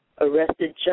Arrested